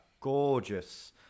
gorgeous